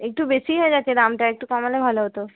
একটু বেশিই হয়ে যাচ্ছে দামটা একটু কমালে ভালো হতো